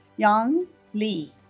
yang li